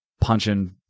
punching